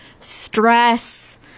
stress